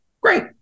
Great